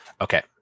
okay